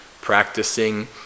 practicing